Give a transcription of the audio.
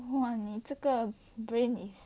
!wah! 你这个 brain is